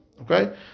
Okay